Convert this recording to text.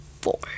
four